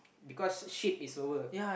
because ship is slower